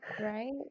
Right